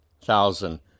thousand